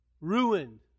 ruined